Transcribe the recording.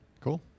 Cool